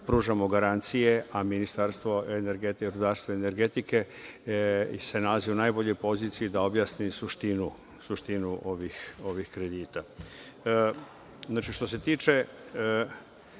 pružamo garancije, a Ministarstvo rudarstva i energetike se nalazi u najboljoj poziciji da objasni suštinu ovih kredita. Što